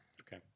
Okay